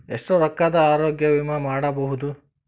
ಎಷ್ಟ ರೊಕ್ಕದ ಆರೋಗ್ಯ ವಿಮಾ ಮಾಡಬಹುದು?